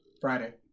Friday